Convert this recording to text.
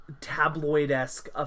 tabloid-esque